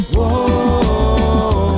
Whoa